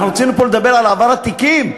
אנחנו רצינו לדבר פה על העברת תיקים.